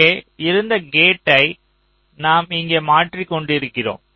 அங்கே இருந்த கேட்டை நாம் இங்கே மாற்றிக் கொண்டிருக்கிறோம்